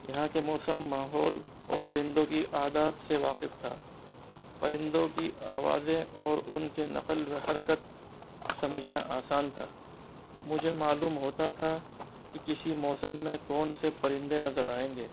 یہاں کے موسم ماحول اور پرندوں کی عادات سے واقف تھا پرندوں کی آوازیں اور ان کے نقل و حرکت سمجھنا آسان تھا مجھے معلوم ہوتا تھا کہ کسی موسم میں کون سے پرندے نظر آئیں گے